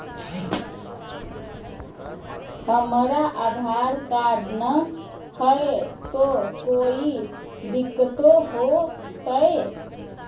हमरा आधार कार्ड न हय, तो कोइ दिकतो हो तय?